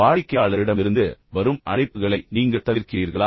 வாடிக்கையாளர்களிடமிருந்து வரும் அழைப்புகளை நீங்கள் தவிர்க்கிறீர்களா